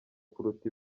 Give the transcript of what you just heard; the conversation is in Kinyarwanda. kuruta